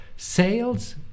sales